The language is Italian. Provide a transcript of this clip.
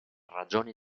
ragioni